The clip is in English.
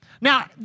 Now